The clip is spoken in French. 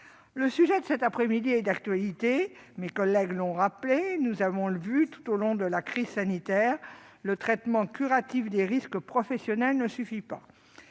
Le sujet de cette après-midi est d'actualité. Les précédents orateurs l'ont rappelé : nous avons vu tout au long de la crise sanitaire que le traitement curatif des risques professionnels ne suffit pas.